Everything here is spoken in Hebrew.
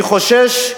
אני חושש,